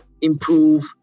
improve